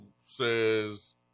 says